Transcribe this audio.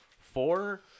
four